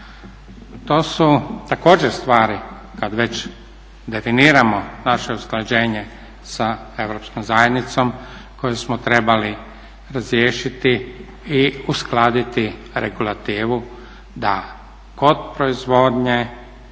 To su također stvari kada već definiramo naše usklađenje sa Europskom zajednicom koju smo trebali razriješiti i uskladiti regulativu da kod proizvodnje